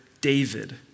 David